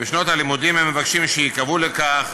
בשנות הלימודים שייקבעו לכך